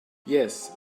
yes